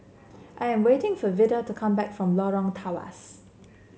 I am waiting for Vida to come back from Lorong Tawas